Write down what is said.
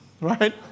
right